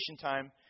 time